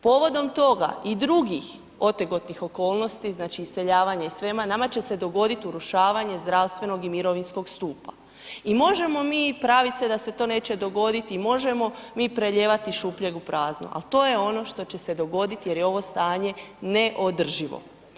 Povodom toga i drugih otegotnih okolnosti, znači iseljavanja i svega, nama će se dogodit urušavanje zdravstvenog i mirovinskog stupa, i možemo mi pravit se da se to neće dogoditi, i možemo mi prelijevati iz šupljeg u prazno, al' to je ono što će se dogoditi jer je ovo stanje neodrživo.